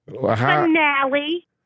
Finale